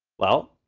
well,